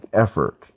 effort